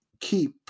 keep